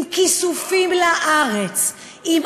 עם כיסופים לארץ, לא נכון.